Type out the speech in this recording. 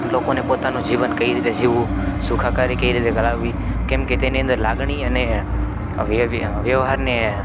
લોકોને પોતાનું જીવન કઈ રીતે જીવવું સુખાકારી કઈ રીતે કરાવી કેમ કે તેની અંદર લાગણી અને વ્યવ વ્યવહારને